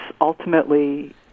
ultimately